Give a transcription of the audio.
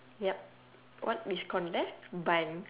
yup what is contact bun